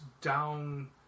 down